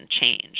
change